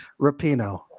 Rapino